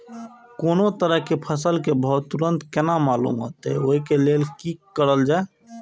कोनो तरह के फसल के भाव तुरंत केना मालूम होते, वे के लेल की करल जाय?